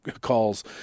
calls